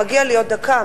מגיעה לי עוד דקה.